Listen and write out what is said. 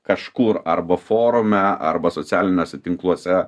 kažkur arba forume arba socialiniuose tinkluose